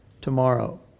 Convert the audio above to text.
Tomorrow